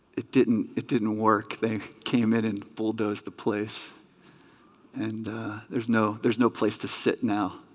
it didn't it didn't work they came in and bulldoze the place and there's no there's no place to sit now